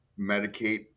medicate